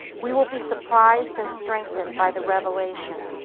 we will be surprised and strengthened by the revelation.